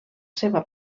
seva